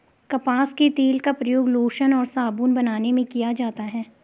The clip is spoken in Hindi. कपास के तेल का प्रयोग लोशन और साबुन बनाने में किया जाता है